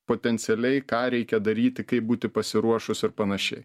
potencialiai ką reikia daryti kaip būti pasiruošus ir panašiai